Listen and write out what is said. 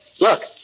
Look